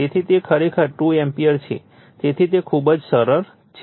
તેથી તે ખરેખર 2 એમ્પીયર છે તેથી તે ખૂબ જ સરળ છે